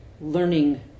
Learning